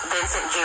Vincent